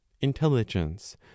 intelligence